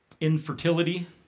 infertility